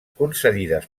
concedides